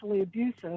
abusive